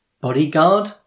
bodyguard